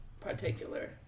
particular